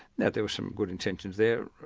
now there were some good intentions there,